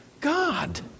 God